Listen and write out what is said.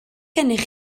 gennych